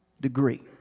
degree